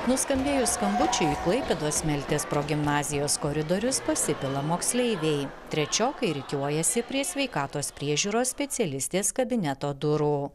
nuskambėjus skambučiui klaipėdos smeltės progimnazijos koridorius pasipila moksleiviai trečiokai rikiuojasi prie sveikatos priežiūros specialistės kabineto durų